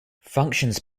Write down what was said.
functions